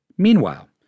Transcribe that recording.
Meanwhile